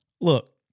look